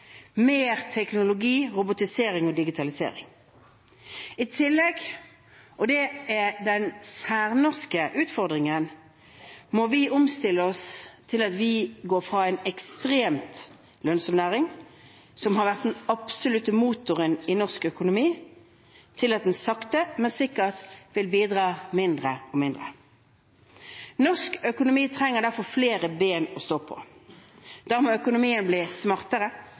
mer teknologi, robotisering og digitalisering. I tillegg – og det er den særnorske utfordringen – må vi omstille oss ved å gå fra en ekstremt lønnsom næring, som har vært den absolutte motoren i norsk økonomi, til at den sakte, men sikkert vil bidra mindre og mindre. Norsk økonomi trenger derfor flere ben å stå på. Da må økonomien bli smartere,